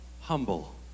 humble